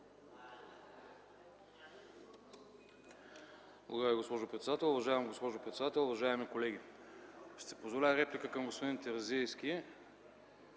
Благодаря Ви, госпожо председател. Уважаема госпожо председател, уважаеми колеги! Ще си позволя реплика към господин Терзийски.